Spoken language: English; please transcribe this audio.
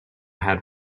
had